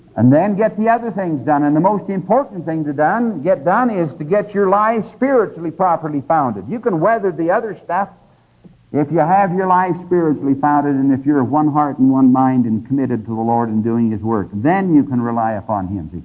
and then get the other things done. and the most important thing to get done is to get your lives spiritually properly founded. you can weather the other stuff if you have your lives spiritually founded and if you are of one heart and one mind and committed to the lord and doing his work. then you can rely upon him.